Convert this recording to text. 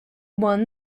won